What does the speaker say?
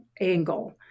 angle